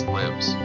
lives